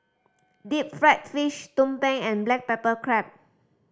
deep fried fish tumpeng and black pepper crab